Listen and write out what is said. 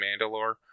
Mandalore